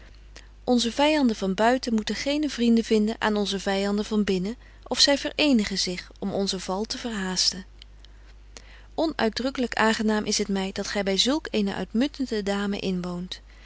onze vyanden van buiten moeten geene vrienden vinden aan onze vyanden van binnen of zy vereenigen zich om onzen val te verhaasten onüitdruklyk aangenaam is het my dat gy by zulk eene uitmuntende dame inwoont